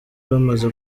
bamaze